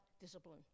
discipline